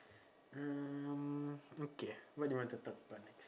mm okay what do you want to talk about next